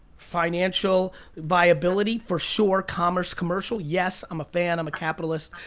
financial viability, for sure. commerce, commercial, yes i'm a fan, i'm a capitalist.